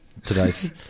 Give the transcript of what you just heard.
Today's